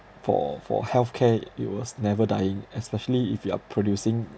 for for healthcare it was never dying especially if you are producing